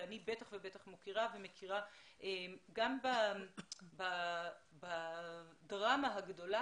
ואני בטח ובטח מכירה ומוקירה בדרמה הגדולה